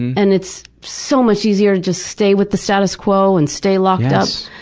and it's so much easier to just stay with the status quo and stay locked up,